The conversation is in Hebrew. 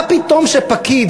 מה פתאום שפקיד,